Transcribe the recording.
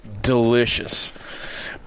delicious